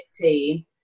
team